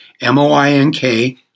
M-O-I-N-K